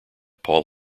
paul